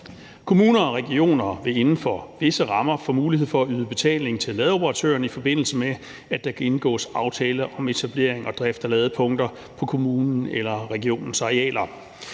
Kommuner og regioner vil inden for visse rammer få mulighed for at yde betaling til ladeoperatørerne, i forbindelse med at der kan indgås aftale om etablering og drift af ladepunkter på kommunens eller regionens arealer.